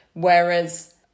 Whereas